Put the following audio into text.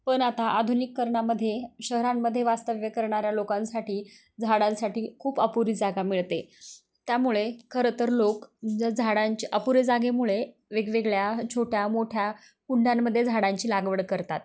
पण आता आधुनिकीकरणामध्ये शहरांमध्ये वास्तव्य करणाऱ्या लोकांसाठी झाडांसाठी खूप अपुरी जागा मिळते त्यामुळे खरं तर लोक ज झाडांची अपुरे जागेमुळे वेगवेगळ्या छोट्या मोठ्या कुंड्यांमध्ये झाडांची लागवड करतात